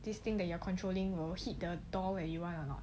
this thing that you are controlling will hit the door where you want or not